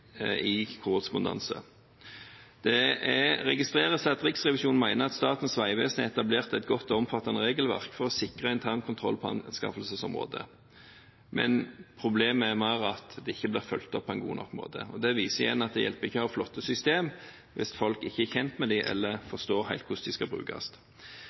at Riksrevisjonen mener at Statens vegvesen har etablert et godt og omfattende regelverk for å sikre internkontroll på anskaffelsesområdet. Men problemet er mer at det ikke blir fulgt opp på en god nok måte. Det viser igjen at det ikke hjelper å ha flotte systemer hvis folk ikke er kjent med dem eller forstår helt hvordan de skal brukes.